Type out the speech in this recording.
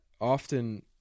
often